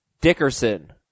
Dickerson